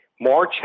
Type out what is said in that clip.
March